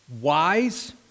wise